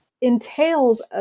entails